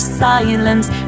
silence